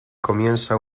comienza